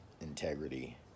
integrity